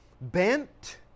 bent